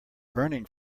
burning